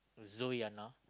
Zoeyanah